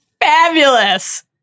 Fabulous